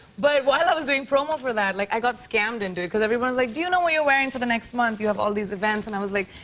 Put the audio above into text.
but while i was doing promo for that, like i got scammed into it. because everyone was like, do you know what you're wearing for the next month, you have all these events. and i was like,